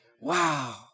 Wow